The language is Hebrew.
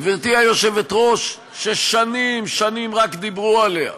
גברתי היושבת-ראש, ששנים-שנים רק דיברו עליה.